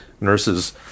nurses